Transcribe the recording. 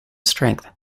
strength